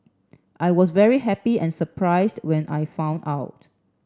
I was very happy and surprised when I found out